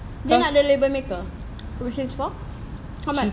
dia nak the label maker which is for how much